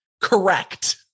Correct